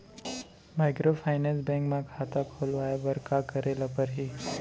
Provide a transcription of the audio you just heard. Microfinance bank म खाता खोलवाय बर का करे ल परही?